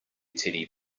teddy